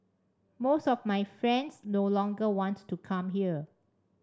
most of my friends no longer wants to come here